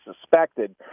suspected